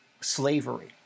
slavery